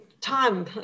time